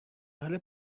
حال